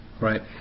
right